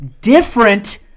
different